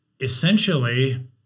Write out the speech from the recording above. Essentially